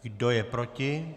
Kdo je proti?